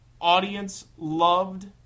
audience-loved